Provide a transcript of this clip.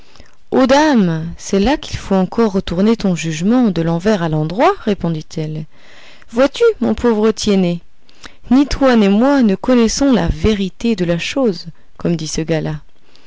oh dame c'est là qu'il faut encore retourner ton jugement de l'envers à l'endroit répondit-elle vois-tu mon pauvre tiennet ni toi ni moi ne connaissons la vérité de la chose comme dit ce gars-là